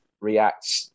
react